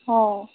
অ